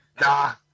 nah